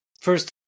First